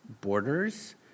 borders